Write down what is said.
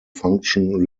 function